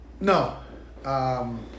No